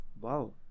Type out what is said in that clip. Wow